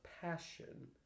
passion